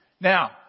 Now